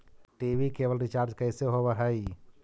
TV cable recharge कैसे होब हइ?